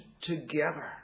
together